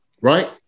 Right